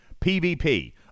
PvP